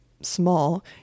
small